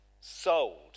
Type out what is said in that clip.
sold